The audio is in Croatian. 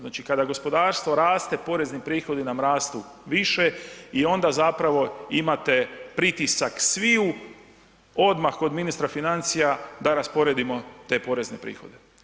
Znači, kada gospodarstvo raste, porezni prihodi nam rastu više i onda zapravo imate pritisak sviju odmah kod ministra financija da rasporedimo te porezne prihode.